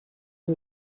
you